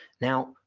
Now